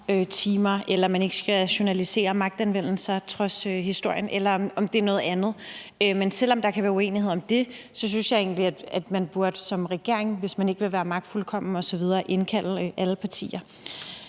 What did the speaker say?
timer, eller at man ikke skal journalisere magtanvendelser trods historien, eller om det er noget andet. Men selv om der kan være uenighed om det, synes jeg egentlig, man som regering, hvis man ikke vil være magtfuldkommen osv., burde indkalde alle partier.